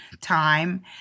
time